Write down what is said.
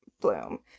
bloom